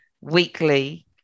weekly